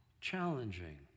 challenging